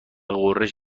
غرش